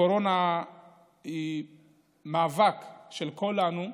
הקורונה היא מאבק של כולנו,